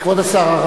כבוד השר,